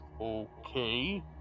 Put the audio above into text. Okay